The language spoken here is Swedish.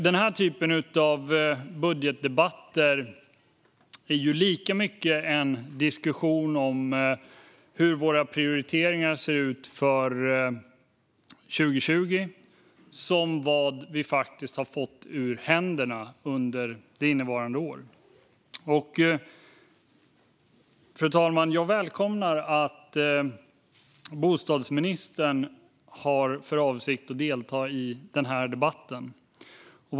Den här typen av budgetdebatt är lika mycket en diskussion om hur våra prioriteringar för 2020 ser ut som om vad vi faktiskt har fått ur händerna under innevarande år. Fru talman! Jag välkomnar att bostadsministern har för avsikt att delta i debatten.